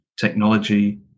technology